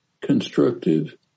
constructive